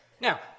Now